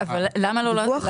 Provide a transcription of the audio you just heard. צריך לאסוף נתונים.